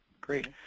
Great